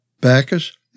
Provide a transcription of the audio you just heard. Bacchus